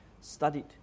studied